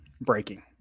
Breaking